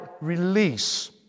release